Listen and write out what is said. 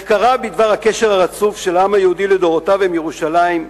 מחקריו בדבר הקשר הרצוף של העם היהודי לדורותיו עם ירושלים,